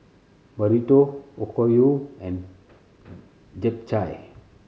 Burrito Okayu and Japchae